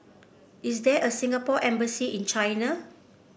is there a Singapore Embassy in China